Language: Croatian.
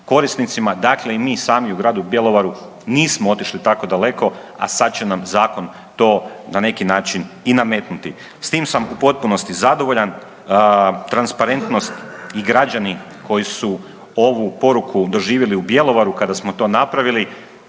korisnicima, dakle i mi sami u gradu Bjelovaru nismo otišli tako daleko a sad će nam zakon to na neki način i nametnuti. S tim sam u potpunosti zadovoljan, transparentnost i građani koji su ovu poruku doživjeli u Bjelovaru kada smo to napravili,